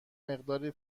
مقداری